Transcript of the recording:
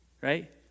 right